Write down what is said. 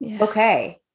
Okay